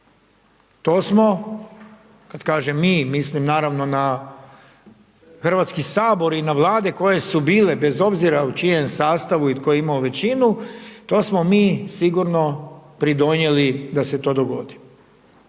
to smo, kad kažem mi, mislim naravno na Hrvatski sabor i na vlade koji su bile bez obzira u čijem sastavu i tko je imao većinu, to smo mi sigurno pridonijeli da se to dogodi.